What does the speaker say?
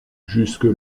jusque